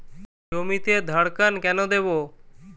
জমিতে ধড়কন কেন দেবো?